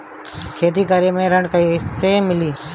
खेती करे खातिर ऋण कइसे मिली?